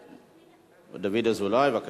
דוד אזולאי, בבקשה.